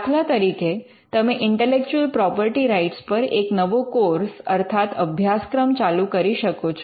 દાખલા તરીકે તમે ઇન્ટેલેક્ચુઅલ પ્રોપર્ટી રાઇટ્સ પર એક નવો કોર્સ અર્થાત અભ્યાસક્રમ ચાલુ કરી શકો છો